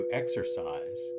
exercise